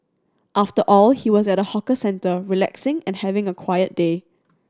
after all he was at a hawker centre relaxing and having a quiet day